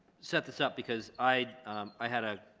set this up because i i had a